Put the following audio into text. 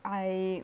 I